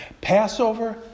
Passover